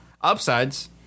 Upsides